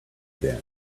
then